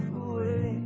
away